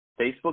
Facebook